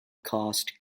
cost